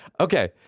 Okay